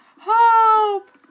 hope